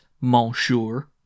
Monsieur